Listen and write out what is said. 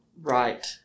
Right